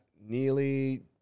nearly